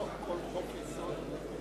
בבקשה.